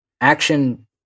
action